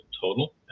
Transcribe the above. total